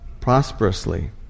prosperously